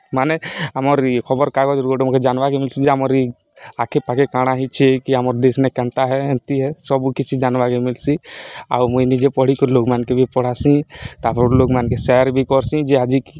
ମାନେ ଆମର୍ ଇ ଖବର୍କାଗଜ୍ରୁ ଗୁଟେ ମକେ ଜାନ୍ବାକେ ମିଲ୍ସି ଯେ ଆମର୍ ଇ ଆଖେପାଖେ କାଣା ହେଇଛେ କି ଆମର୍ ଦେଶ୍ନେ କେନ୍ତା ହେ ଏନ୍ତି ହେ ସବୁକ କିଛି ଜାନ୍ବାକେ ମିଲ୍ସି ଆଉ ମୁଇଁ ନିଜେ ପଢ଼ିକରି ଲୋକ୍ମାନ୍କେ ବି ପଢ଼ାସିଁ ତା'ପରେ ଲୋକ୍ମାନ୍କେ ସେୟାର୍ ବି କର୍ସି ଯେ ଆଜି